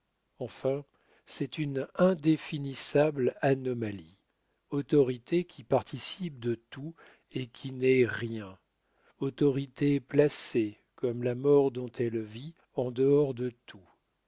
enfin c'est une indéfinissable anomalie autorité qui participe de tout et qui n'est rien autorité placée comme la mort dont elle vit en dehors de tout